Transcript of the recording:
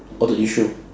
or the issue